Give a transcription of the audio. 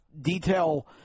detail